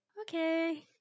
Okay